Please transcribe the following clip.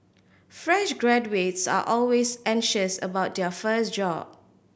fresh graduates are always anxious about their first job